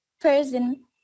person